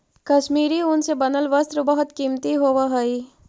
कश्मीरी ऊन से बनल वस्त्र बहुत कीमती होवऽ हइ